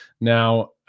now